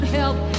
help